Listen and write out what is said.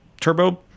Turbo